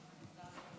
העליון,